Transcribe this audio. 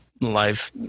life